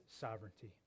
sovereignty